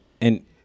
And-